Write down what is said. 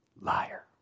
Liar